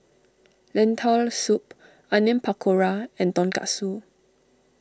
Lentil Soup Onion Pakora and Tonkatsu